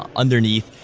um underneath,